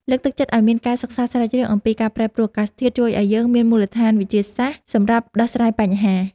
លើកទឹកចិត្តឱ្យមានការសិក្សាស្រាវជ្រាវអំពីការប្រែប្រួលអាកាសធាតុជួយឱ្យយើងមានមូលដ្ឋានវិទ្យាសាស្ត្រសម្រាប់ដោះស្រាយបញ្ហា។